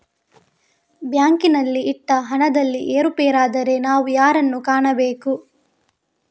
ಬ್ಯಾಂಕಿನಲ್ಲಿ ಇಟ್ಟ ಹಣದಲ್ಲಿ ಏರುಪೇರಾದರೆ ನಾವು ಯಾರನ್ನು ಕಾಣಬೇಕು?